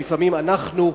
ולפעמים אנחנו,